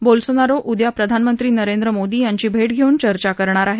Bolsonaro उद्या प्रधानंमत्री नरेंद्र मोदी यांच्याशी चर्चा करणार आहेत